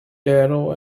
darrow